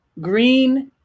Green